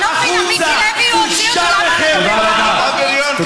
אתה בריון קטן.